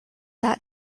that